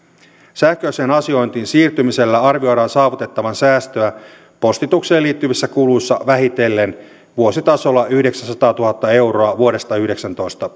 sähköiseen asiointiin siirtymisellä arvioidaan saavutettavan säästöä postitukseen liittyvissä kuluissa vähitellen vuositasolla yhdeksänsataatuhatta euroa vuodesta yhdeksäntoista